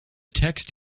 text